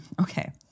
okay